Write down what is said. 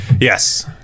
yes